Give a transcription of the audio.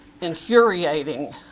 infuriating